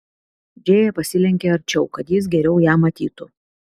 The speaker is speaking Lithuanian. džėja pasilenkė arčiau kad jis geriau ją matytų